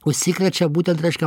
užsikrečia būtent reiškia